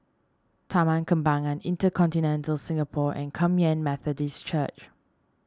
Taman Kembangan Intercontinental Singapore and Kum Yan Methodist Church